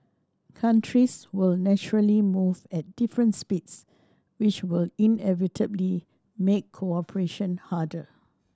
countries will naturally move at different speeds which will inevitably make cooperation harder